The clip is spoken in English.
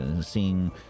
seeing